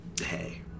hey